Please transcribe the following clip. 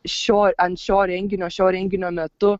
šio ant šio renginio šio renginio metu